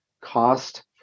cost